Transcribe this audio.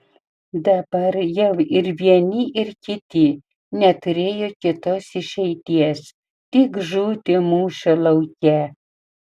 dabar jau ir vieni ir kiti neturėjo kitos išeities tik žūti mūšio lauke